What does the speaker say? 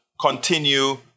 continue